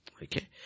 Okay